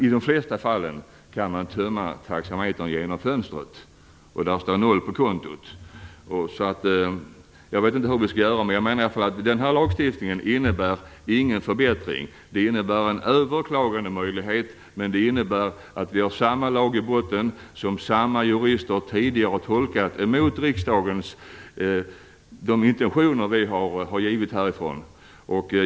I de flesta fall kan man tömma taxametern genom fönstret, och så står det 0 kr på kontot. Jag vet inte hur vi skall göra, men jag menar att den här lagstiftningen inte innebär någon förbättring. Den innebär en överklagandemöjlighet, men i botten finns samma lag som samma jurister tidigare har tolkat mot de intentioner som vi har givit från riksdagen.